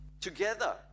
Together